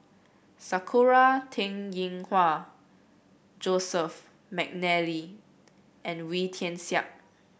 Sakura Teng Ying Hua Joseph McNally and Wee Tian Siak